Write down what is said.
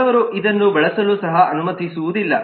ಕೆಲವರು ಇದನ್ನು ಬಳಸಲು ಸಹ ಅನುಮತಿಸುವುದಿಲ್ಲ